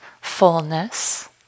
fullness